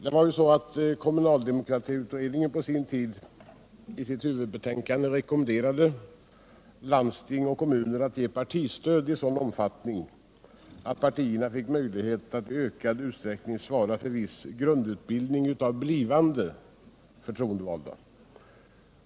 Det var ju så att kommunaldemokratiska utredningen på sin tid i sitt huvudbetänkande rekommenderade landsting och kommuner att ge partistöd i sådan omfattning att partierna fick möjlighet att i ökad utsträckning svara för viss grundutbildning av blivande förtroendevalda.